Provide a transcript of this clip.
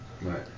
Right